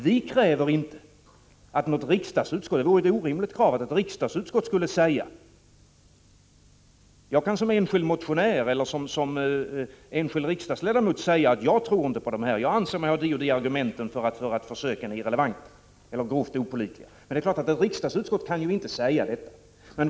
Vi kräver, som sagt, inte att ett riksdagsutskott skulle säga detta. Men en enskild motionär eller en enskild riksdagsledamot kan säga att han inte tror på det här. Han kan säga att han har de eller de argumenten som visar att försöken är irrelevanta eller grovt opålitliga. Men det är klart att ett riksdagsutskott inte kan säga någonting sådant.